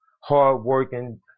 Hard-working